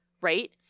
Right